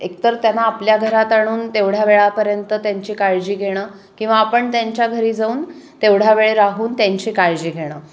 एकतर त्यांना आपल्या घरात आणून तेवढ्या वेळापर्यंत त्यांची काळजी घेणं किंवा आपण त्यांच्या घरी जाऊन तेवढा वेळ राहून त्यांची काळजी घेणं